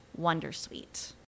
Wondersuite